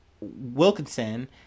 wilkinson